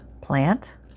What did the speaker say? plant